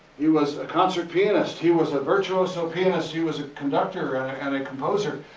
he was a concert pianist, he was a virtuoso pianist. he was a conductor and a and and composer.